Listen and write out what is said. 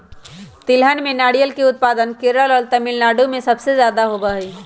तिलहन में नारियल के उत्पादन केरल और तमिलनाडु में सबसे ज्यादा होबा हई